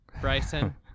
Bryson